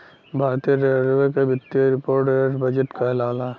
भारतीय रेलवे क वित्तीय रिपोर्ट रेल बजट कहलाला